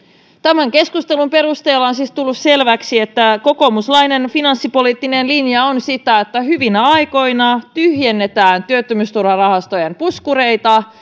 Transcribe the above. tämän keskustelun perusteella on siis tullut selväksi että kokoomuslainen finanssipoliittinen linja on sitä että hyvinä aikoina tyhjennetään työttömyysturvarahastojen puskureita